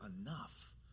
enough